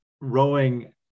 rowing